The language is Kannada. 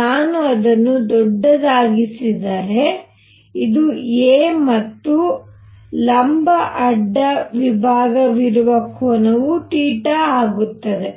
ನಾನು ಅದನ್ನು ದೊಡ್ಡದಾಗಿಸಿದರೆ ಇದು a ಮತ್ತು ಲಂಬ ಅಡ್ಡ ವಿಭಾಗವಿರುವ ಕೋನವು θ ಆಗುತ್ತದೆ